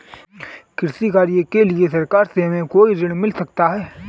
कृषि कार्य के लिए सरकार से हमें कोई ऋण मिल सकता है?